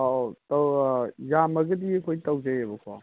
ꯑꯧ ꯌꯥꯝꯃꯒꯗꯤ ꯑꯩꯈꯣꯏ ꯇꯧꯖꯩꯑꯕꯀꯣ